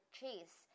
chase